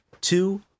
two